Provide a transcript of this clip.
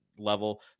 level